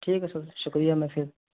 ٹھیک ہے سر شکریہ میں پھر